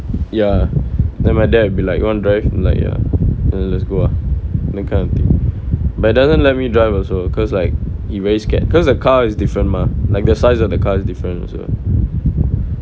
ya then my dad will be like you want drive I'm like ya let's go ah that kind of thing but he doesn't let me drive also cause like he very scared cause a car is different mah like the size of the car is different also